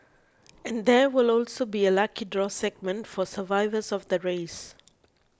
and there will also be a lucky draw segment for survivors of the race